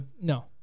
No